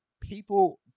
People